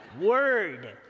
Word